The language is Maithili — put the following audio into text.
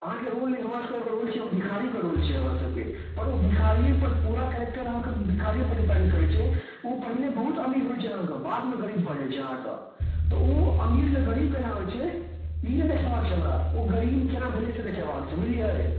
अहाँके रोल हमरासबके एगो रोल छै एगो भिखारीके रोल छै हमरासबके पर ओहि भिखारिएपर पूरा कैरेक्टर अहाँके भिखारिएपर डिपेन्ड करै छै ओ पहिने बहुत अमीर होइ छै अहाँके बादमे गरीब भऽ जाइ छै अहाँके तऽ ओ अमीर जे गरीब कोना होइ छै ई नहि देखेबाक छै हमरा ओ गरीब कोना भेलै से देखेबाक छै बुझलिए